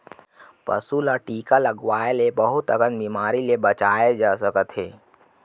पसू ल टीका लगवाए ले बहुत अकन बेमारी ले बचाए जा सकत हे